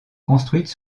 construite